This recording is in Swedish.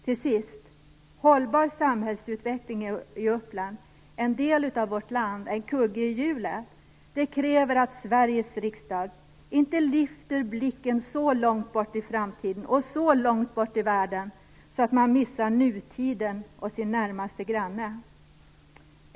Till sist vill jag säga att en hållbar samhällsutveckling i Uppland - en del av vårt land och en kugge i hjulet - kräver att vi i Sveriges riksdag inte lyfter blicken så långt bort i framtiden och så långt bort i världen att vi missar nutiden och vår närmaste granne.